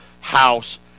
house